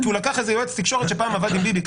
כי הוא לקח עוזר תקשורת שפעם עבד עם ביבי.